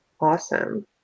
Awesome